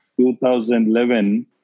2011